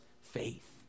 faith